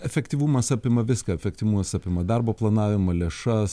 efektyvumas apima viską efektyvumas apima darbo planavimą lėšas